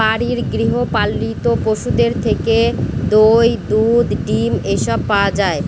বাড়ির গৃহ পালিত পশুদের থেকে দই, ডিম, দুধ এসব পাওয়া যায়